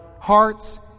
hearts